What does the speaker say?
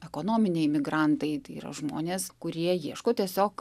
ekonominiai migrantai tai yra žmonės kurie ieško tiesiog